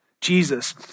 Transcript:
Jesus